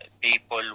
people